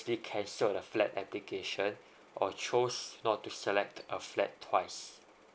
application lah flat application or choose not to select a flat twice